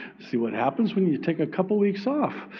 see what happens when you take a couple weeks off.